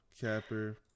Capper